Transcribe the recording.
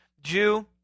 Jew